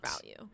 value